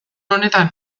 honetan